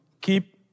keep